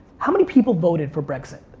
how many people voted for brexit?